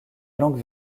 langue